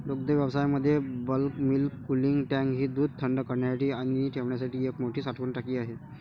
दुग्धव्यवसायामध्ये bulk milk cooling tank ही दूध थंड करण्यासाठी आणि ठेवण्यासाठी एक मोठी साठवण टाकी आहे